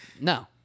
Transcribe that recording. No